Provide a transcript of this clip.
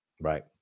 Right